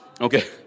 Okay